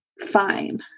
fine